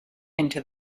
into